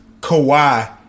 Kawhi